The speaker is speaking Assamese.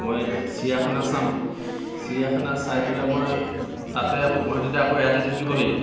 মই চিৰিয়াখানা চাম চিৰিয়াখানা চাই পেলাই মই তাতে আকৌ গুৱাহাটীতে আকৌ এৰাতি থাকিব লাগিব